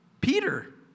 Peter